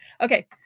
Okay